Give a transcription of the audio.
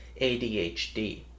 ADHD